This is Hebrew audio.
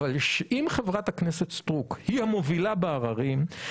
אבל אם חברת הכנסת סטרוק היא המובילה בערערים,